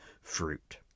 fruit